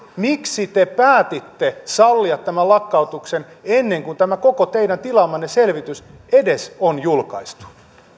miksi te päätitte sallia tämän lakkautuksen ennen kuin tämä koko teidän tilaamanne selvitys edes on julkaistu